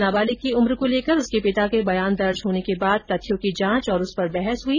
नाबालिग की उम्र को लेकर उसके पिता के बयान दर्ज होने के बाद तथ्यों की जाँच और उस पर बहस हुई